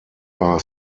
are